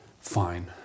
fine